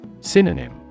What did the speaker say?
Synonym